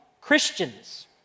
Christians